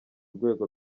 rwego